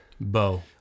Bo